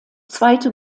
zweite